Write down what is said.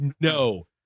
No